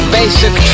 basic